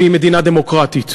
והיא מדינה דמוקרטית.